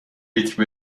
لیتر